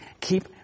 keep